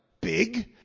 big